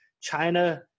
China